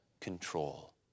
control